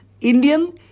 Indian